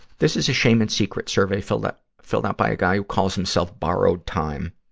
this is a shame and secret survey filled out, filled out by a guy who calls himself borrowed time.